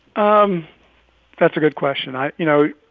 um that's a good question. i you know,